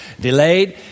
delayed